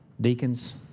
Deacons